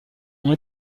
ont